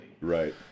Right